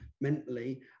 mentally